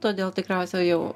todėl tikriausia jau